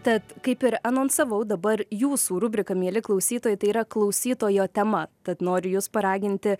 tad kaip ir anonsavau dabar jūsų rubriką mieli klausytojai tai yra klausytojo tema tad noriu jus paraginti